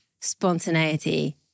spontaneity